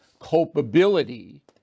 culpability